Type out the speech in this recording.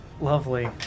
Lovely